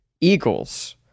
eagles